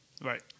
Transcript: right